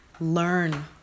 learn